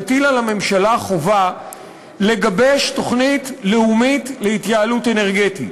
מטיל על הממשלה חובה לגבש תוכנית לאומית להתייעלות אנרגטית.